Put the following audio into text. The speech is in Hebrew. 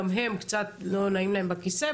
גם הם קצת לא נעים להם בכיסא,